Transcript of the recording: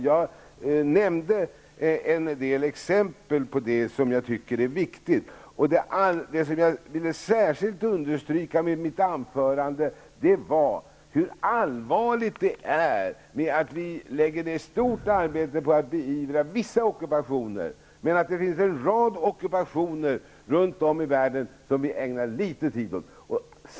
Jag nämnde en del exempel på det som jag tycker är viktigt. Det som jag särskilt ville understryka med mitt anförande är hur allvarligt det är att vi lägger ned ett stort arbete på att beivra vissa ockupationer medan det finns en rad ockupationer runt om i världen som vi ägnar litet tid åt.